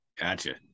Gotcha